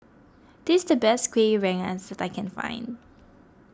this the best Kueh Rengas that I can find